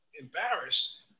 embarrassed